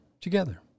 together